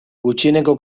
gutxieneko